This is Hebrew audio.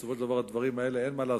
בסופו של דבר אין מה לעשות,